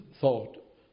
thought